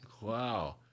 wow